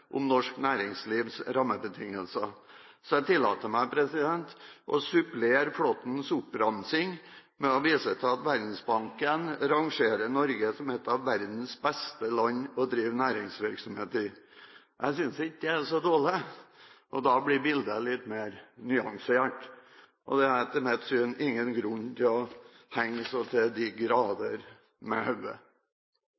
om mye mer enn formuesskatt. Representanten Svein Flåtten hadde for øvrig i sitt innlegg en nærmest endeløs elendighetsbeskrivelse av norsk næringslivs rammebetingelser, så jeg tillater meg å supplere Flåttens oppramsing med å vise til at Verdensbanken rangerer Norge som ett av verdens beste land å drive næringsvirksomhet i. Jeg synes ikke det er så dårlig. Da blir bildet litt mer nyansert. Det er etter mitt syn ingen grunn til å